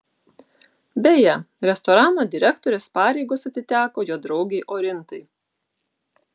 beje restorano direktorės pareigos atiteko jo draugei orintai